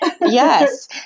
Yes